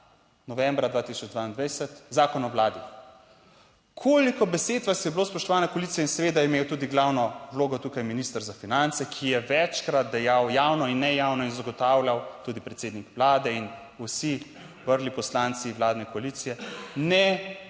novembra 2022, Zakon o Vladi. Koliko besed vas je bilo, spoštovana koalicija in seveda je imel tudi glavno vlogo tukaj minister za finance, ki je večkrat dejal, javno in ne javno in zagotavljal, tudi predsednik vlade in vsi vrli poslanci vladne koalicije? Ne,